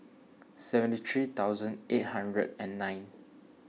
seventy three thousand eight hundred and nine